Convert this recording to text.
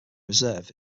reserve